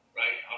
right